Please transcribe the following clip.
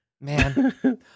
man